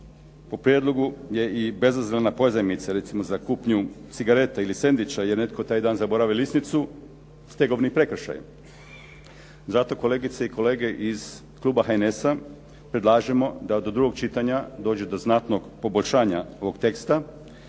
Po prijedlogu je i bezazlena pozajmica recimo za kupnju cigareta i sendviča, jer je netko taj dan zaboravio lisnicu, stegovni prekršaj. Zato kolegice i kolege iz kluba HNS-a, predlažemo da do drugog čitanja dođe do znatnog poboljšanja ovog teksta,